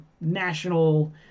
national